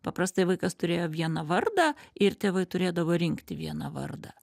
paprastai vaikas turėjo vieną vardą ir tėvai turėdavo rinkti vieną vardą